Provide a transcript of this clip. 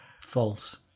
false